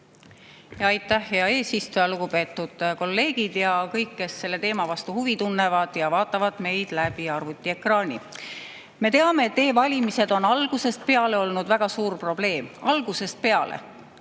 Aitäh, hea eesistuja! Lugupeetud kolleegid ja kõik, kes selle teema vastu huvi tunnevad ja vaatavad meid läbi arvutiekraani! Me teame, et e‑valimised on algusest peale olnud väga suur probleem, algusest peale.